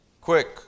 quick